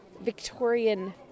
Victorian